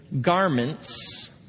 garments